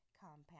compound